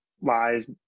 lies